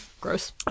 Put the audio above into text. Gross